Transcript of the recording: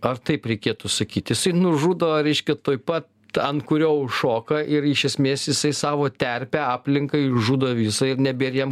ar taip reikėtų sakyt jisai nužudo reiškia tuoj pat ant kurio užšoka ir iš esmės jisai savo terpę aplinką išžudo visą ir nebėr jam